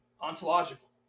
ontological